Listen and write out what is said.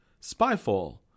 Spyfall